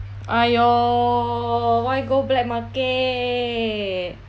!aiyo! why go black market